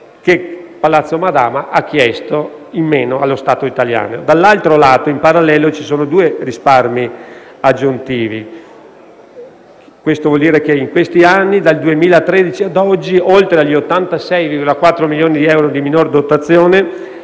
che Palazzo Madama ha chiesto in meno allo Stato italiano. Dall'altro lato, in parallelo, ci sono due risparmi aggiuntivi e ciò significa che in questi anni, dal 2013 ad oggi, oltre agli 86,4 milioni di euro di minore dotazione,